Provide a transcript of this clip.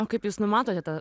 o kaip jūs numatote tą